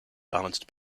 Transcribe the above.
balanced